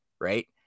right